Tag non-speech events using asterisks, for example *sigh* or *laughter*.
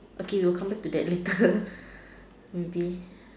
okay we'll come back to that later *laughs* maybe